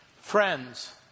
Friends